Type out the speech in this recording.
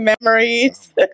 Memories